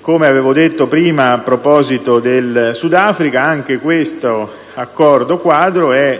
Come avevo detto prima a proposito del Sud Africa, anche questo Accordo quadro è